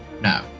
no